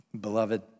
beloved